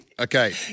Okay